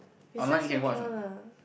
besides weekend one lah